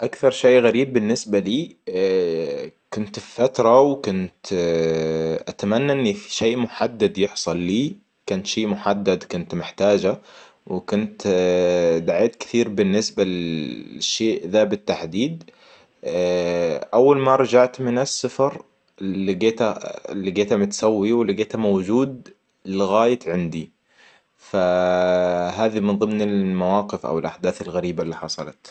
أكثر شيء غريب بالنسبة لي كنت في فترة وكنت أتمنى ان في شيء محدد يحصل له. كان شي محدد كنت محتاجة وكنت دعيت كثير بالنسبة للشيء ذا بالتحديد. أول ما رجعت من السفر اللي لقيته - لقيته متسوي ولقيته موجود لغاية عندي. فهذي من ضمن المواقف او الأحداث الغريبة اللي حصلت